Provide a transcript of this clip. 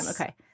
Okay